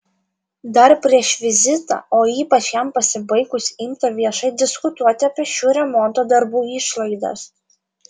dar prieš vizitą o ypač jam pasibaigus imta viešai diskutuoti apie šių remonto darbų išlaidas